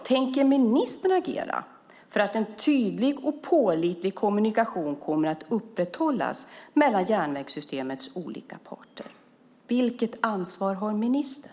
Tänker ministern agera för att en tydlig och pålitlig kommunikation kommer att upprätthållas mellan järnvägssystemets olika parter? Vilket ansvar har ministern?